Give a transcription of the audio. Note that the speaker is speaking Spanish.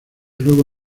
luego